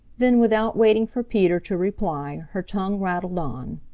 then, without waiting for peter to reply, her tongue rattled on.